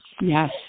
Yes